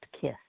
kiss